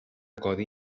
codi